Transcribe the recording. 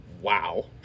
wow